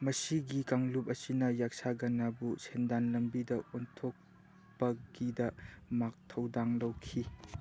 ꯃꯁꯤꯒꯤ ꯀꯥꯡꯂꯨꯞ ꯑꯁꯤꯅ ꯌꯥꯛꯁꯒꯅꯥꯕꯨ ꯁꯦꯟꯗꯥꯟ ꯂꯝꯕꯤꯗ ꯑꯣꯟꯊꯣꯛꯄꯒꯤꯗꯃꯛ ꯊꯧꯗꯥꯡ ꯂꯧꯈꯤ